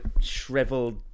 shriveled